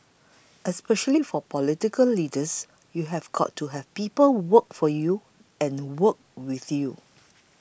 especially for political leaders you've got to have people work for you and work with you